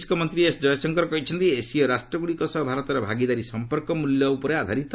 ବୈଦେଶିକ ମନ୍ତ୍ରୀ ଏସ୍ ଜୟଶଙ୍କର କହିଛନ୍ତି ଏସୀୟ ରାଷ୍ଟ୍ରଗୁଡ଼ିକ ସହ ଭାରତର ଭାଗିଦାରୀ ସମ୍ପର୍କ ମୂଲ୍ୟ ଉପରେ ଆଧାରିତ